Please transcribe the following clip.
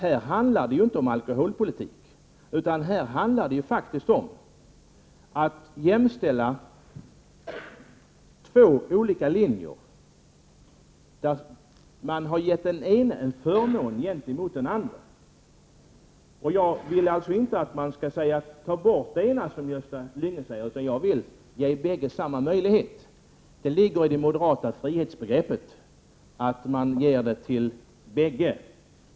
Här handlar det ju inte om alkoholpolitik, utan här handlar det faktiskt om att jämställa två olika linjer, där man givit den ena en förmån i förhållande till den andra. Jag vill alltså inte att man skall ta bort den förmånen för den ena, som Gösta Lyngå säger, utan jag vill ge bägge samma möjlighet. Det ligger i det moderata frihetsbegreppet att man ger förmånen till bägge.